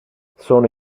sono